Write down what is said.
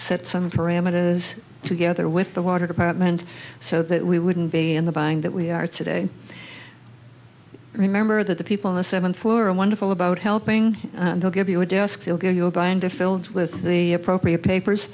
set some parameters together with the water department so that we wouldn't be in the buying that we are today remember that the people on the seventh floor and wonderful about helping they'll give you a desk they'll give you a binder filled with the appropriate papers